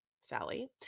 Sally